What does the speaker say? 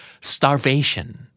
starvation